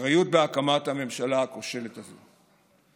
אחריות בהקמת הממשלה הכושלת הזאת.